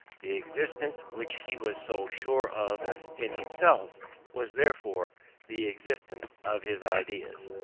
the existence which he was so sure of in himself was therefore the existence of his ideas.